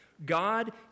God